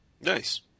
Nice